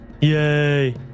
Yay